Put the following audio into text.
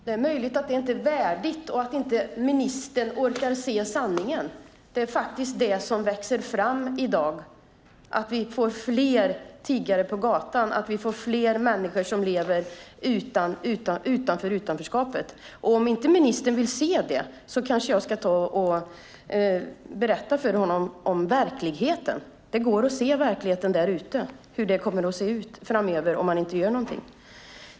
Herr talman! Det är möjligt att det inte är värdigt och att ministern inte orkar se sanningen. Vi får faktiskt fler tiggare på gatan. Vi får fler människor som lever i utanförskap. Om inte ministern vill se det kan jag berätta om verkligheten och om hur det kommer att se ut framöver om man inte gör något.